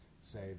say